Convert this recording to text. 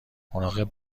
مراقب